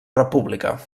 república